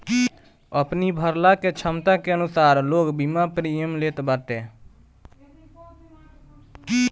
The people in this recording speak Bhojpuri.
अपनी भरला के छमता के अनुसार लोग बीमा प्रीमियम लेत बाटे